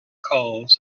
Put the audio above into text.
calls